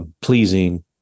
pleasing